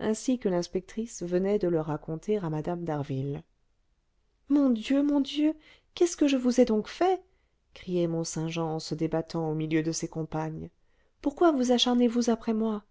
ainsi que l'inspectrice venait de le raconter à mme d'harville mon dieu mon dieu qu'est-ce que je vous ai donc fait criait mont-saint-jean en se débattant au milieu de ses compagnes pourquoi vous acharnez vous après moi